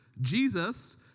Jesus